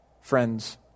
friends